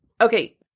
okay